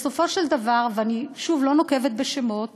בסופו של דבר, ושוב, אני לא נוקבת בשמות,